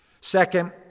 Second